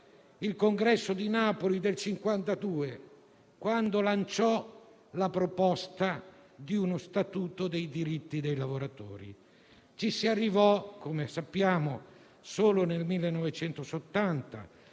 il Congresso di Napoli del 1952, quando lanciò la proposta di uno statuto dei diritti dei lavoratori. Ci si arrivò - come sappiamo - solo nel 1970,